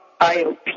IOP